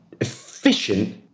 efficient